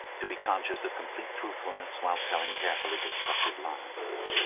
to be conscious of complete truthfulness while telling carefully constructed lies,